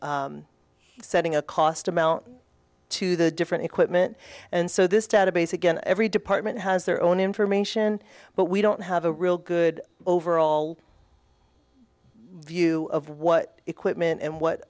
setting a cost amount to the different equipment and so this database again every department has their own information but we don't have a real good overall view of what equipment and what